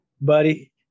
Buddy